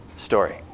story